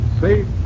safe